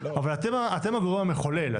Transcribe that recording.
אבל אתם הגורם המחולל,